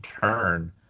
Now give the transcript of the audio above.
turn